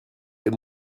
des